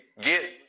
get